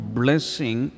blessing